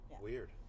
weird